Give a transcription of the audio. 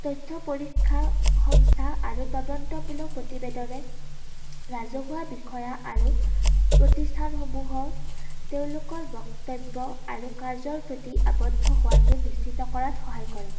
তথ্য পৰীক্ষা সংস্থা আৰু তদন্তমূলক প্ৰতিবেদনে ৰাজহুৱা বিষয়া আৰু প্ৰতিষ্ঠানসমূহক তেওঁলোকৰ বক্তব্য আৰু কাৰ্যৰ প্ৰতি আবদ্ধ হোৱাটো নিশ্চিত কৰাত সহায় কৰে